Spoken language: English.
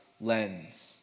lens